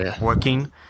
working